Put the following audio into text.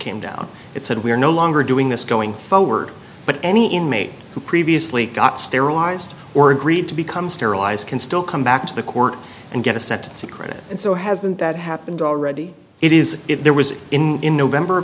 came down it said we're no longer doing this going forward but any inmate who previously got sterilized or agreed to become sterilized can still come back to the court and get a sentence of credit and so hasn't that happened already it is if there was in in the ember